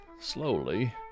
slowly